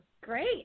Great